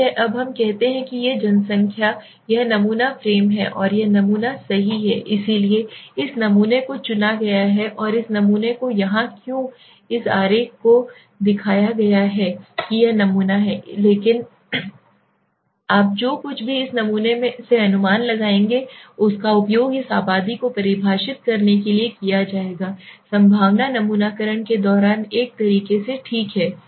ठीक है अब हम कहते हैं कि यह जनसंख्या है यह नमूना फ्रेम है और यह नमूना सही है इसलिए इस नमूने को चुना गया है और इस नमूने को यहाँ क्यों इस आरेख को दिखाया गया है कि यह नमूना है लेकिन आप जो कुछ भी इस नमूने से अनुमान लगाएंगे उसका उपयोग इस आबादी को परिभाषित करने के लिए किया जाएगा संभावना नमूनाकरण के दौरान एक तरह से ठीक है